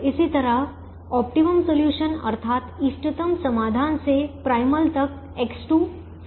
इसी तरह optimum solution अर्थात इष्टतम समाधान से प्राइमल तक X2 4 है